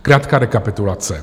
Krátká rekapitulace.